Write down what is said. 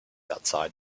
outside